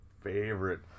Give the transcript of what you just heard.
favorite